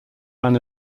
ran